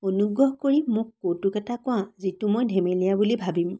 অনুগ্ৰ্ৰহ কৰি মোক কৌতুক এটা কোৱা যিটো মই ধেমেলীয়া বুলি ভাবিম